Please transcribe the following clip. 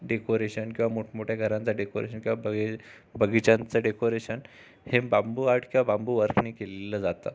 decoration किंवा मोठमोठ्या घरांचं डेकोरेशन किंवा बगी बगीच्यांचं डेकोरेशन हे बांबू आर्ट किंवा बांबू केललं जातं